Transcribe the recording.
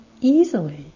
easily